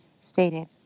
stated